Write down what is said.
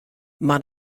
mar